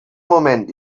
moment